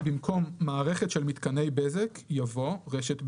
במקום "מערכת של מתקני בזק" יבוא "רשת בזק"